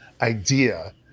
idea